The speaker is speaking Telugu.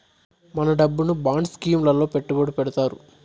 మన డబ్బును బాండ్ స్కీం లలో పెట్టుబడి పెడతారు